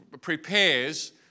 prepares